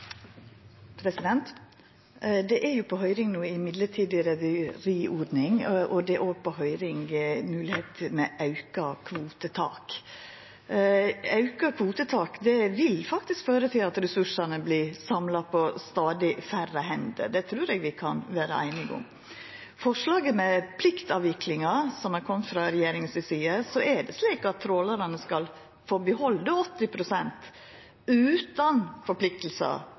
Det er på høyring no ei mellombels rederiordning, og det er òg på høyring moglegheit med auka kvotetak. Auka kvotetak vil faktisk føra til at ressursane vert samla på stadig færre hender. Det trur eg vi kan vera einige om. Når det gjeld forslaget med pliktavviklinga som er kome frå regjeringa,